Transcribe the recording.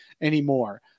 anymore